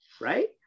right